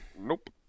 Nope